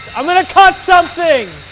i'm going to cut something!